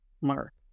mark